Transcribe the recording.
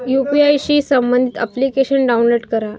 UPI शी संबंधित application download करा